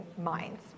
minds